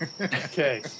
okay